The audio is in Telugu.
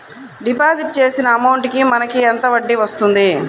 డిపాజిట్ చేసిన అమౌంట్ కి మనకి ఎంత వడ్డీ వస్తుంది?